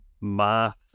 math